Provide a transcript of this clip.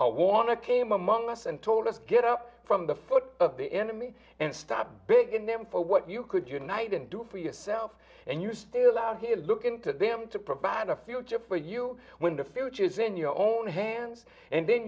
our warner came among us and told us to get up from the foot of the enemy and stop begging them for what you could unite and do for yourself and you still love to look into them to provide a future for you when the future is in your own hands and then